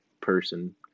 person